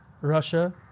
Russia